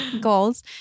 goals